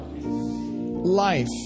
life